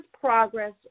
progress